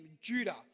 Judah